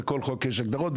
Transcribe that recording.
בכל חוק יש הגדרות,